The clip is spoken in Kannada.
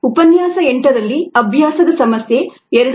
ಉಪನ್ಯಾಸ 8 ರಲ್ಲಿ ಅಭ್ಯಾಸದ ಸಮಸ್ಯೆ 2